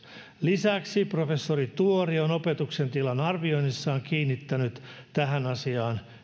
lisäksi professori tuori on opetuksen tilan arvioinnissaan kiinnittänyt tähän asiaan